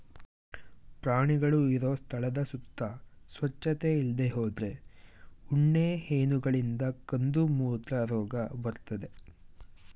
ಪ್ರಾಣಿಗಳು ಇರೋ ಸ್ಥಳದ ಸುತ್ತ ಸ್ವಚ್ಚತೆ ಇಲ್ದೇ ಹೋದ್ರೆ ಉಣ್ಣೆ ಹೇನುಗಳಿಂದ ಕಂದುಮೂತ್ರ ರೋಗ ಬರ್ತದೆ